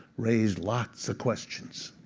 raised lots of questions.